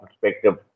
perspective